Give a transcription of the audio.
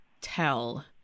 tell